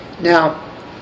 Now